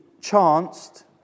chanced